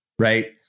Right